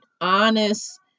honest